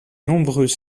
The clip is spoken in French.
nombreux